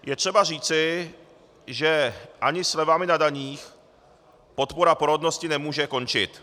Je třeba říci, že ani slevami na daních podpora porodnosti nemůže končit.